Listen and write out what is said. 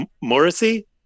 Morrissey